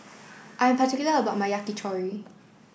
I am particular about my Yakitori